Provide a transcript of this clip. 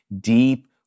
deep